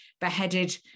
beheaded